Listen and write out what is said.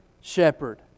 shepherd